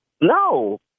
No